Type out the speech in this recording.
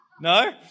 No